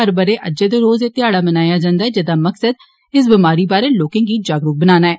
हर ब'रे अज्जै दे रोज़ एह् घ्याड़ा मनाया जन्दा ऐ जेदा मकसद इस बमारी बारै लोकें गी जागरूक बनाना ऐ